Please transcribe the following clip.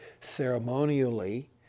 ceremonially